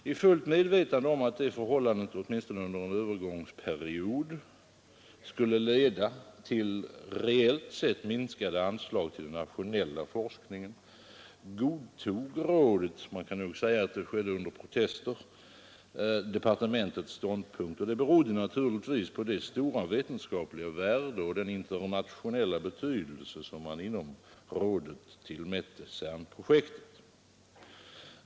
I fullt medvetande om att detta förhållande åtminstone under en övergångstid skulle leda till reellt sett minskade anslag till den nationella forskningen godtog rådet — man kan nog säga att det skedde under protester — departementets ståndpunkt, och det berodde naturligtvis på det stora vetenskapliga värde och den internationella betydelse som man inom rådet tillmätte CERN-projektet.